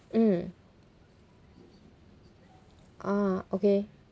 mm ah okay